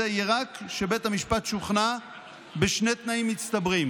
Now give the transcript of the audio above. יהיה רק כשבית המשפט שוכנע בשני תנאים מצטברים: